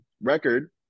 record